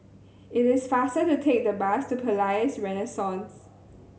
it is faster to take the bus to Palais Renaissance